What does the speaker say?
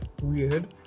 weird